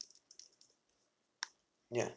ya